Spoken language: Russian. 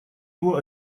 его